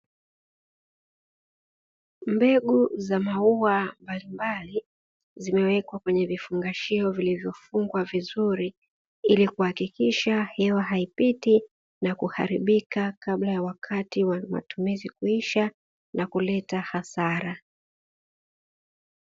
Mbegu za maua mbalimbali zimewekwa kwenye vifungashio vizuri, ili kuhakikisha hewa haipiti na kuharibika kabla ya wakati wa matumizi kuisha na kuleta hasara.